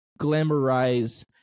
glamorize